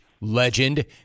Legend